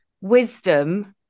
wisdom